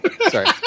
Sorry